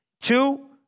two